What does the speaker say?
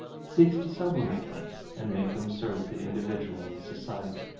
seeks to sublimate them and make them serve the individual and society